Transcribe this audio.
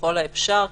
ככל האפשר,